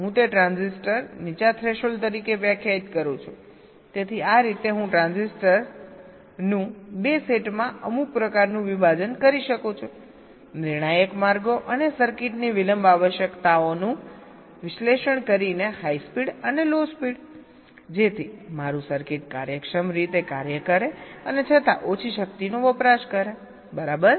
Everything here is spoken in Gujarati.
હું તે ટ્રાન્ઝિસ્ટર નીચા થ્રેશોલ્ડ તરીકે વ્યાખ્યાયિત કરું છુંતેથી આ રીતે હું ટ્રાંઝિસ્ટરનું 2 સેટમાં અમુક પ્રકારનું વિભાજન કરી શકું છુંનિર્ણાયક માર્ગો અને સર્કિટની વિલંબ આવશ્યકતાઓનું વિશ્લેષણ કરીને હાઇ સ્પીડ અને લો સ્પીડ જેથી મારું સર્કિટ કાર્યક્ષમ રીતે કાર્ય કરે અને છતાં ઓછી શક્તિનો વપરાશ કરે બરાબર